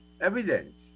evidence